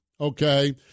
Okay